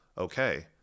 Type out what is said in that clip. okay